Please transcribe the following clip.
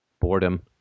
Boredom